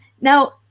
now